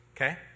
Okay